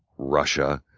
russia